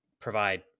provide